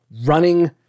running